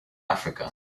africa